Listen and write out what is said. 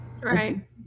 right